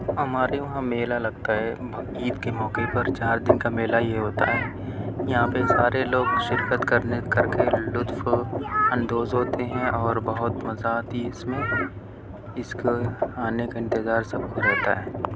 ہمارے وہاں میلہ لگتا ہے عید کے موقعے پر چار دن کا میلہ یہ ہوتا ہے یہاں پہ سارے لوگ شرکت کر نے کر کے لطف اندوز ہوتے ہیں اور بہت مزہ آتی ہے اس میں اس کو آنے کا انتظار سب کو رہتا ہے